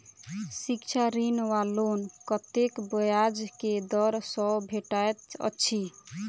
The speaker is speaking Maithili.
शिक्षा ऋण वा लोन कतेक ब्याज केँ दर सँ भेटैत अछि?